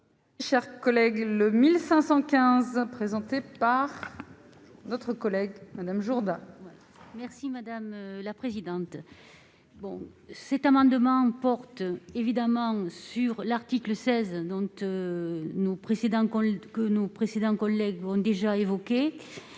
Chers collègues, le 1515 présenté par notre collègue Madame Jourdain. Merci madame la présidente, bon, cet amendement porte évidemment sur l'article 16 Dante nous précédents compte que